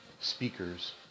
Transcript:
speakers